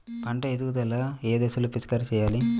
పంట ఎదుగుదల ఏ దశలో పిచికారీ చేయాలి?